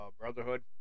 Brotherhood